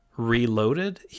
reloaded